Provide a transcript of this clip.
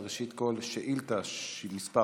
אבל ראשית, שאילתה מס'